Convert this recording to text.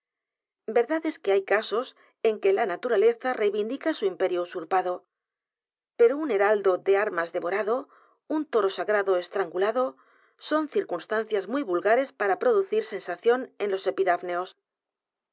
verdad es que hay casos en que la naturaleza reivindica su imperio u s u r p a d o pero un heraldo de armas devorado un toro sagrado estrangulado son circunstancias muy vulgares para producir sensación en los